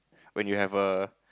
when you have a